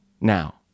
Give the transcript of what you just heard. now